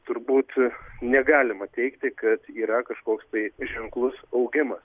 turbūt negalima teigti kad yra kažkoks tai ženklus augimas